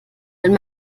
wenn